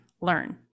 learn